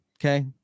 Okay